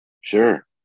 Sure